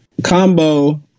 Combo